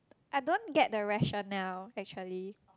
I don't get the rationale actually